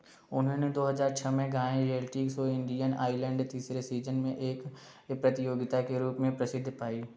उन्होंने दो हज़ार छः में गाएँ रियैलिटी सो इंडियन आइलैंड तीसरे सीजन में एक प्रतियोगिता के रूप में प्रसिद्धि पाई